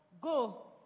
go